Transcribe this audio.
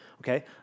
okay